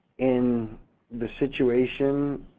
in the situation,